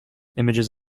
images